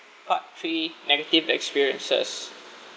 part three negative experiences